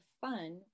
fun